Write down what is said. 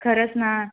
खरंच ना